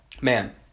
Man